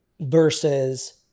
versus